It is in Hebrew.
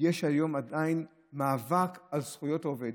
יש היום מאבק על זכויות העובד.